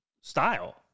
style